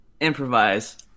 improvise